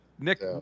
Nick